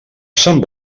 sant